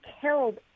killed